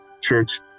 Church